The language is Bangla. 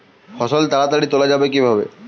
ফসল তাড়াতাড়ি তোলা যাবে কিভাবে?